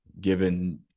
given